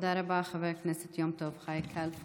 תודה רבה, חבר הכנסת יום טוב חי כלפון.